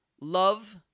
Love